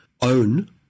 own